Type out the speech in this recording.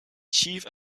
chief